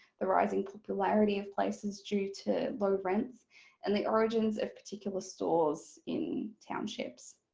the rising popularity of places due to low rents and the origins of particular stores in townships.